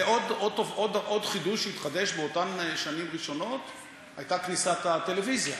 עוד חידוש התחדש באותן שנים ראשונות, כניסת הטלוויזיה.